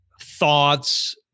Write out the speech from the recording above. thoughts